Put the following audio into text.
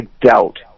doubt